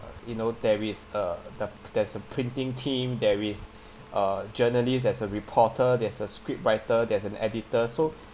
you know there is uh the there's a printing team there is uh journalist there's a reporter there's a scriptwriter there's an editor so